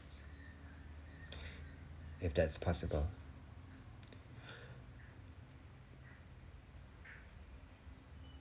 if that's possible